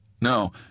No